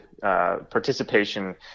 participation